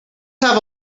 have